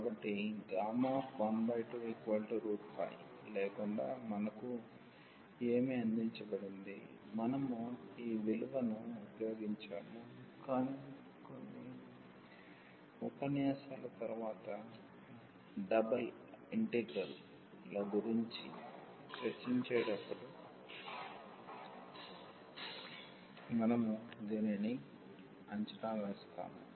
కాబట్టి 12 లేకుండా మనకు ఏమి అందించబడింది మనము ఈ విలువను ఉపయోగించాము కాని కొన్ని ఉపన్యాసాల తరువాత డబుల్ ఇంటిగ్రల్ ల గురించి చర్చించేటప్పుడు మనము దీనిని అంచనా వేస్తాము